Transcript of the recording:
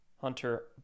Hunter